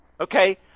okay